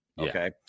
okay